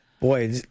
Boy